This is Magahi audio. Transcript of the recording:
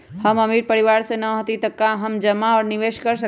हम अमीर परिवार से न हती त का हम जमा और निवेस कर सकली ह?